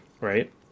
Right